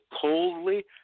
coldly